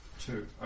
Two